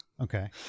okay